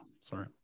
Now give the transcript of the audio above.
Sorry